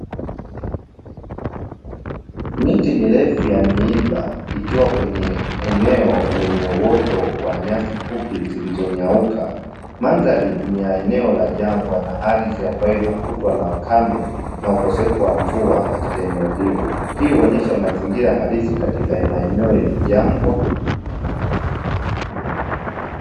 Miti mirefu ya miiba ikiwa kwenye eneo lenye uoto wa nyasi fupi zilizonyauka, mandhari ni ya eneo la jangwa na ardhi ambayo inakutwa na ukame na ukosefu wa mvua katika eneo hilo hii huonyesha mazingira halisi katika maeneo yenye jangwa.